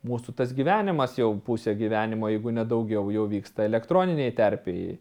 mūsų tas gyvenimas jau pusė gyvenimo jeigu ne daugiau jau vyksta elektroninėj terpėj